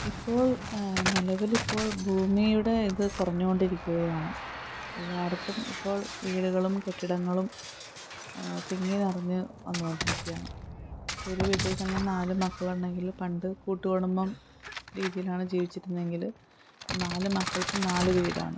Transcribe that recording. ഇപ്പോൾ നിലവിലിപ്പോൾ ഭൂമിയുടെ ഇത് കുറഞ്ഞുകൊണ്ടിരിക്കുകയാണ് എല്ലായിടത്തും ഇപ്പോൾ വീടുകളും കെട്ടിടങ്ങളും തിങ്ങിനിറഞ്ഞ് വന്നുകൊണ്ടിരിക്കുകയാണ് ഇപ്പോൾ ഒരു വീട്ടിൽ തന്നെ നാല് മക്കളുണ്ടെങ്കിൽ പണ്ട് കൂട്ടുകുടുംബം രീതിയിലാണ് ജീവിച്ചിരുന്നതെങ്കിൽ ഇപ്പോൾ നാലു മക്കൾക്കും നാല് വീടാണ്